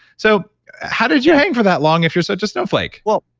so how did you hang for that long if you're such a snowflake? well,